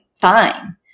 fine